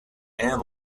and